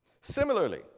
Similarly